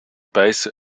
base